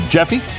Jeffy